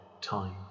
time